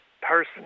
person